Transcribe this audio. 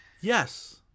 Yes